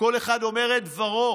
כל אחד אומר את דברו